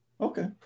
Okay